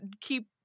keep